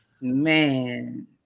Man